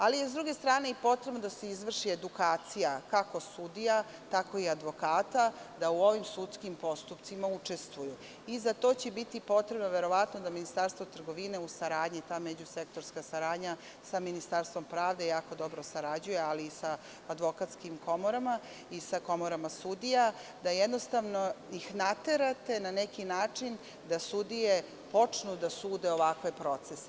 Sa druge strane potrebno je da se izvrši edukacija kako sudija tako i advokata da u ovim sudskim postupcima učestvuju i za to će biti potrebno da Ministarstvo trgovine u saradnji sa Ministarstvom pravde jako dobro sarađuje ali i sa advokatskim komorama i sa komorama sudija, da ih jednostavno naterate na neki način da sudije počnu da sude ovakve procese.